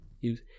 Use